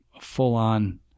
full-on